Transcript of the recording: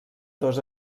dos